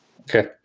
okay